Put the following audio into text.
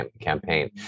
campaign